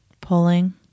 Pulling